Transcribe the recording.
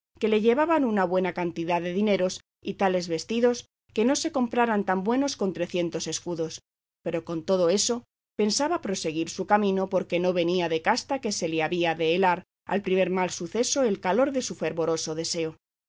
que le llevaban una buena cantidad de dineros y tales vestidos que no se compraran tan buenos con trecientos escudos pero que con todo eso pensaba proseguir su camino porque no venía de casta que se le había de helar al primer mal suceso el calor de su fervoroso deseo